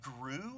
grew